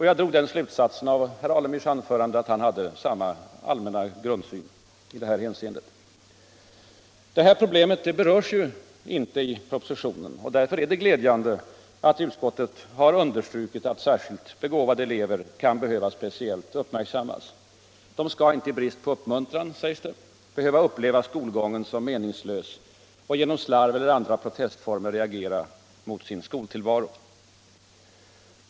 Jag drog den slutsatsen av herr Alemyrs anförande att han hade samma allmänna grundsyn i det hänseendet. Därför är det glädjande att utskottet har understrukit att särskilt begåvade elever kan behöva speciellt uppmärksammas. De skall inte i brist på uppmuntran, sägs det, behöva uppleva skolgången som meningslös och genom slarv eller andra protestformer reagera mot sin skoltillvaro.